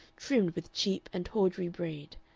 trimmed with cheap and tawdry braid,